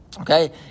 Okay